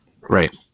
Right